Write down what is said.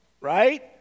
right